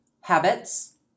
Habits